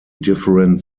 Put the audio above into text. different